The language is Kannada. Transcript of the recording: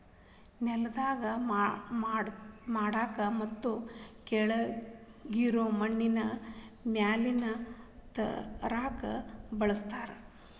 ನೆಲಾ ಹದಾ ಮಾಡಾಕ ಮತ್ತ ಕೆಳಗಿರು ಮಣ್ಣನ್ನ ಮ್ಯಾಲ ತರಾಕ ಬಳಸ್ತಾರ